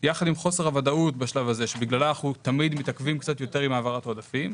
יחד עם חוסר הוודאות שבגללה אנחנו מתעכבים קצת יותר עם העברת העודפים,